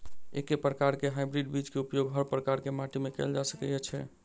एके प्रकार केँ हाइब्रिड बीज केँ उपयोग हर प्रकार केँ माटि मे कैल जा सकय छै?